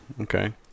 Okay